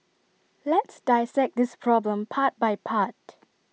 let's dissect this problem part by part